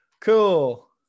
cool